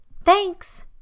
Thanks